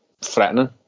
threatening